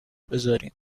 بزاریم